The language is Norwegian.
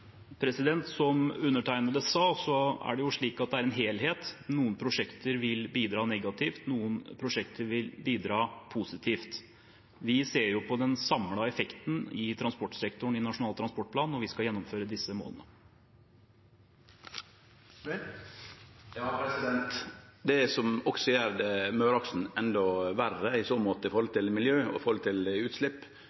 Som undertegnede sa, er det slik at det er en helhet. Noen prosjekter vil bidra negativt, noen vil bidra positivt. Vi ser på den samlede effekten i transportsektoren i Nasjonal transportplan når vi skal nå/gjennomføre disse målene. Det som i så måte gjer Møreaksen endå verre når det gjeld miljø og utslepp, er